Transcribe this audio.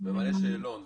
ממלא שאלון,